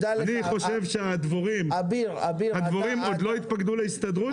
אני חושב שהדבורים עוד לא התפקדו להסתדרות,